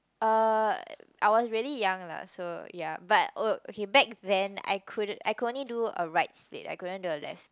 uh I was really young lah so ya but oh okay back then I couldn't I could only do a right split I couldn't do a left split